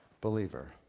believer